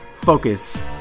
focus